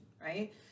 right